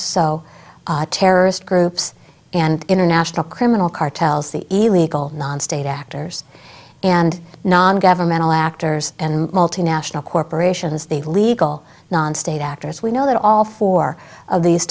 so terrorist groups and international criminal cartels the illegal non state actors and non governmental actors and multinational corporations the legal non state actors we know that all four of these